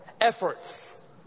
efforts